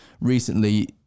recently